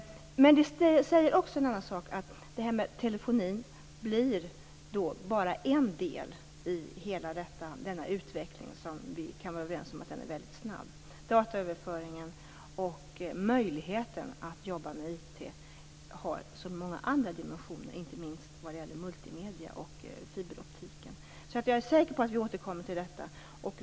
Men det säger också en annan sak, nämligen att telefonin bara blir en del i hela denna utveckling som vi kan vara överens om är väldigt snabb. Dataöverföringen och möjligheten att jobba med IT har så många andra dimensioner, inte minst vad det gäller multimedia och fiberoptiken. Jag är alltså säker på att vi återkommer till detta.